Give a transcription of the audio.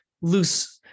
loose